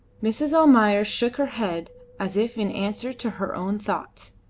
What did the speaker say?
mrs. almayer shook her head as if in answer to her own thoughts,